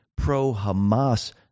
pro-Hamas